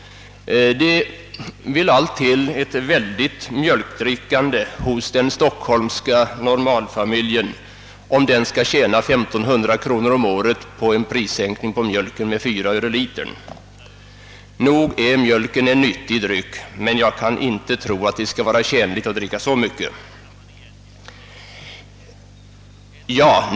Det vill allt till ett väldigt mjölkdrickande i den stockholmska normalfamiljen, om den skall tjäna 1500 kronor om året på en prissänkning på mjölken av fyra öre per liter. Nog är mjölken en nyttig dryck, men jag kan inte tro att det är bra att dricka så mycket.